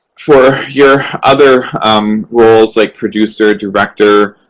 for your other roles, like producer, director,